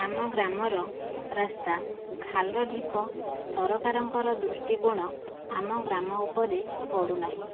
ଆମ ଗ୍ରାମର ରାସ୍ତା ଖାଲ ଢିପ ସରକାରଙ୍କର ଦୃଷ୍ଟିକୋଣ ଆମ ଗ୍ରାମ ଉପରେ ପଡ଼ୁ ନାହିଁ